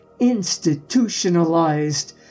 institutionalized